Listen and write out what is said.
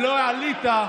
ולא עלית,